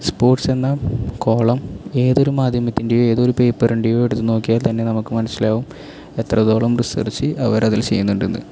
sports എന്ന column ഏതൊരു മാധ്യമത്തിൻ്റെയും ഏതൊരു പേപ്പറിൻ്റെയും നോക്കിയാൽ തന്നെ നമുക്ക് മനസ്സിലാവും എത്രത്തോളം റിസർച്ച് അവർ അതിൽ ചെയ്യുന്നുണ്ടെന്ന്